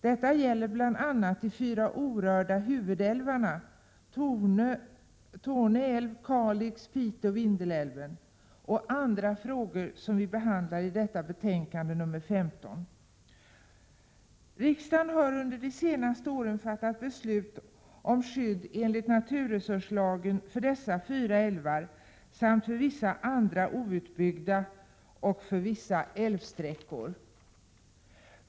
Detta gäller bl.a. de fyra orörda huvudälvarna — Torne älv, Kalix älv, Pite älv och Vindelälven — och andra älvar som behandlas i bostadsutskottets betänkande 15. Riksdagen har under de senaste åren fattat beslut om skydd enligt naturresurslagen för dessa fyra älvar samt för vissa andra outbyggda älvar och vissa älvsträckor.